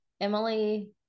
Emily